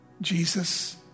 Jesus